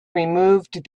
removed